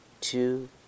two